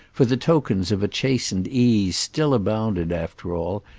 for the tokens of a chastened ease still abounded after all,